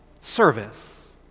service